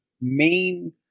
main